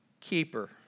keeper